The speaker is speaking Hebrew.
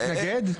מתנגד?